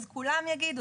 כולם יגידו,